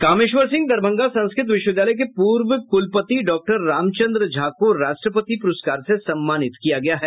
कामेश्वर सिंह दरभंगा संस्कृत विश्वविद्यालय के पूर्व कुलपति डॉक्टर रामचंद्र झा को राष्ट्रपति पुरस्कार से सम्मानित किया गया है